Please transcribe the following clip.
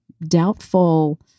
doubtful